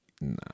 Nah